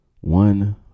one